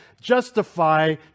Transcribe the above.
justify